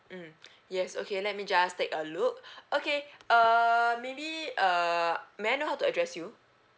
mm yes okay let me just take a look okay uh maybe uh may I know how to address you